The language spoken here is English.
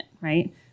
right